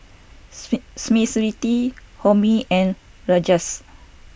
Smriti Homi and Rajesh